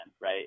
right